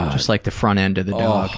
just like the front end of the dog.